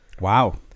Wow